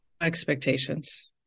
expectations